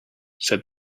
said